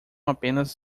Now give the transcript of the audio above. apenas